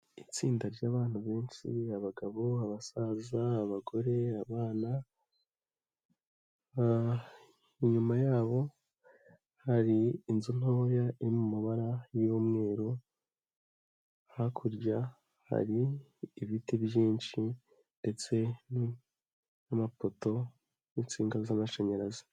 Itsinda ry'abantu benshi abagabo, abasaza, abagore, abana. Inyuma yabo hari inzu ntoya iri mu mabara y'umweru, hakurya hari ibiti byinshi ndetse n''amapoto n'insinga z'amashanyarazi.